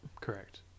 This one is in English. correct